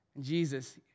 Jesus